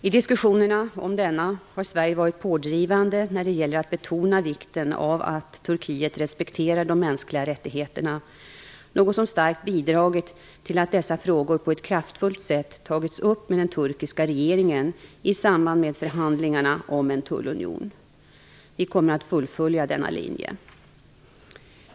I diskussionerna om denna har Sverige varit pådrivande när det gäller att betona vikten av att Turkiet respekterar de mänskliga rättigheterna, något som starkt bidragit till att dessa frågor på ett kraftfullt sätt tagits upp med den turkiska regeringen i samband med förhandlingarna om en tullunion. Vi kommer att fullfölja denna linje.